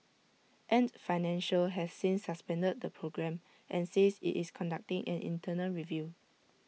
ant financial has since suspended the programme and says IT is conducting an internal review